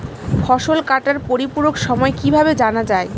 ফসল কাটার পরিপূরক সময় কিভাবে জানা যায়?